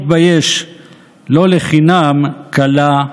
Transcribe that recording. מתבייש לא לחינם כלה,